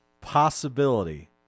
possibility